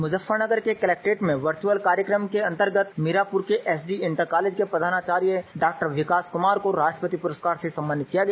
मुजफ्फरनगर के कलेक्ट्रेट में वर्चअल कार्यक्रम के अंतर्गत मीरापुर के एसडी इंटर कॉलेज के प्रधानाचार्य डॉ विकास कुमार को राष्ट्रपति पुरस्कार से सम्मानित किया गया